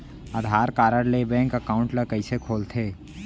आधार card ले bank account ल कइसे खोलथे?